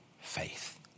faith